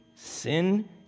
sin